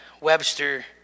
Webster